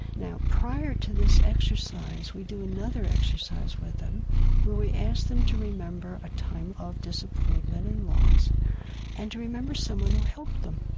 now, prior to this exercise, we do another exercise with them where we ask them to remember a time of disappointment and loss and to remember someone who helped them.